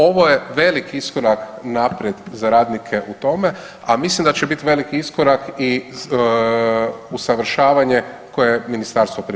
Ovo je velik iskorak naprijed za radnike u tome, a mislim da će biti velik iskorak i usavršavanje koje ministarstvo priprema.